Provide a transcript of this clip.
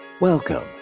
Welcome